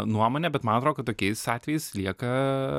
nuomonę bet man atrodo kad tokiais atvejais lieka